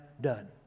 done